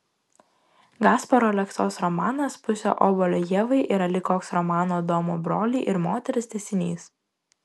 gasparo aleksos romanas pusė obuolio ievai yra lyg koks romano adomo broliai ir moterys tęsinys